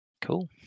Cool